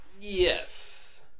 Yes